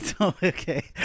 okay